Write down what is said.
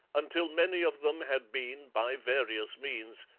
until many of them had been, by various means,